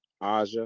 Aja